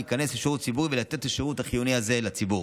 להיכנס לשירות ציבורי ולתת את השירות החיוני הזה לציבור.